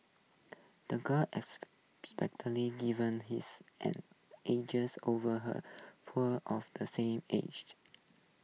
the girl's given his an edges over her poor of the same age